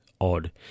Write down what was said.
odd